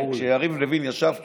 כשיריב לוין ישב פה,